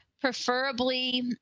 preferably